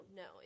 no